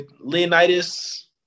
Leonidas